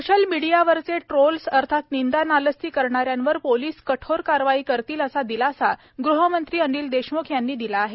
social मीडियावरचे trolls अर्थात निंदानालस्ती करणाऱ्यांवर पोलिस कठोर कारवाई करतील असा दिलासा गृहमंत्री अनिल देशमुख यांनी दिला आहे